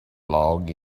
log